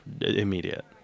immediate